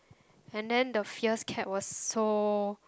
and then the fierce cat was so